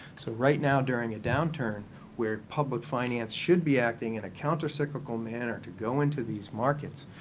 so right now, during a downturn where public finance should be acting in a counter-cyclical manner to go into these markets,